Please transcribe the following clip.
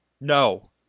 No